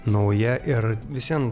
nauja ir vis vien